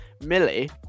Millie